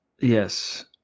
Yes